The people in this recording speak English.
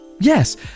Yes